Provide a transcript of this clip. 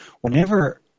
whenever